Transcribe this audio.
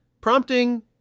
Prompting